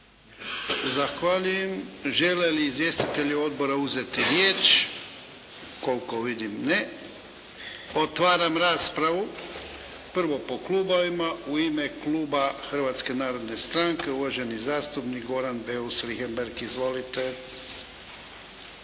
Zahvaljujem. Žele li izvjestitelji odbora uzetu riječ? Koliko vidim, ne. Otvaram raspravu, prvo po klubovima. U ime kluba Hrvatske narodne stranke, uvaženi zastupnik Goran Beus Richembergh. Izvolite.